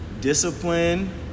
discipline